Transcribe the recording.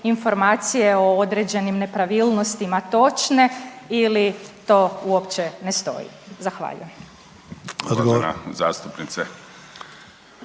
o određenim nepravilnostima točne ili to uopće ne stoji? Zahvaljujem.